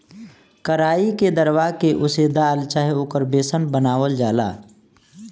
कराई के दरवा के ओसे दाल चाहे ओकर बेसन बनावल जाला